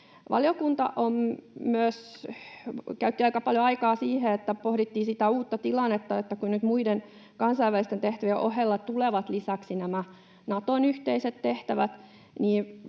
Valiokunta myös käytti aika paljon aikaa siihen, että pohdittiin sitä uutta tilannetta, että nyt muiden kansainvälisten tehtävien ohella tulevat lisäksi nämä Naton yhteiset tehtävät, ja